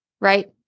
right